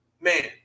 man